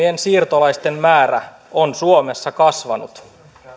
koska laittomien siirtolaisten määrä on suomessa kasvanut